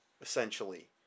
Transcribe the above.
essentially